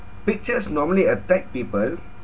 pictures normally attack people